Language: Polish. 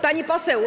Pani Poseł!